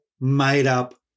made-up